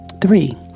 three